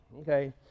okay